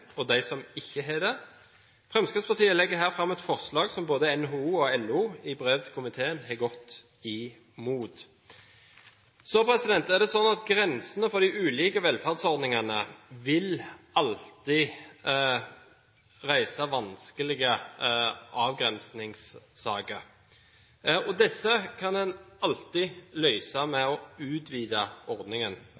og personer som ikke har det. Fremskrittspartiet legger her fram et forslag som både NHO og LO – i brev til komiteen – har gått imot. Når det gjelder grensene for de ulike velferdsordningene, vil det alltid reise vanskelige avgrensningssaker. Disse kan man alltid